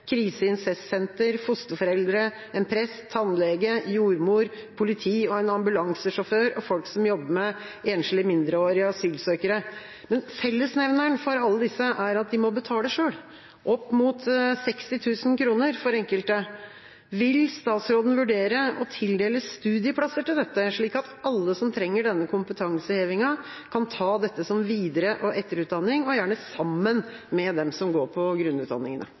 fosterforeldre, en prest, tannlege, jordmor, politi og en ambulansesjåfør og folk som jobber med enslige mindreårige asylsøkere. Men fellesnevneren for alle disse er at de må betale selv, opp mot 60 000 kr for enkelte. Vil statsråden vurdere å tildele studieplasser til dette, slik at alle som trenger denne kompetansehevingen, kan ta dette som videre- og etterutdanning, og gjerne sammen med dem som går på